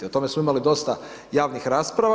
O tome smo imali dosta javnih rasprava.